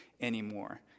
anymore